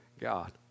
God